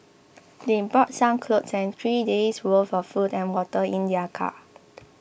they brought some clothes and three days' worth of food and water in their car